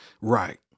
Right